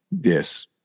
Yes